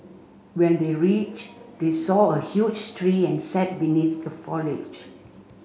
when they reached they saw a huge tree and sat beneath the foliage